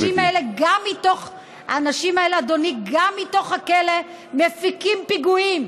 האנשים האלה גם מתוך הכלא מפיקים פיגועים,